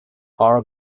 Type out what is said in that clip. our